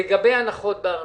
לגבי הנחות בארנונה,